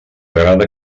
agrada